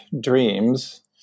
dreams